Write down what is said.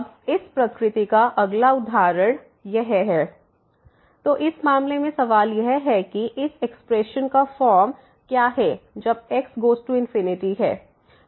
अब इस प्रकृति का अगला उदाहरण है x1ln 1 1x तो इस मामले में सवाल यह है कि इस एक्सप्रेशन का फॉर्म क्या है जब x गोज़ टू है